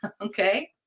okay